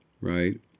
Right